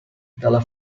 dalla